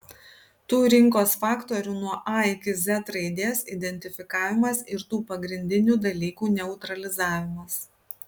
tų rinkos faktorių nuo a iki z raidės identifikavimas ir tų pagrindinių dalykų neutralizavimas